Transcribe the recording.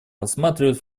рассматривает